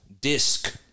disc